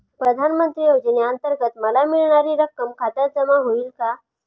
प्रधानमंत्री योजनेअंतर्गत मला मिळणारी रक्कम खात्यात जमा होईल का?